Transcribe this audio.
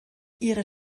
ihre